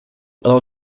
allow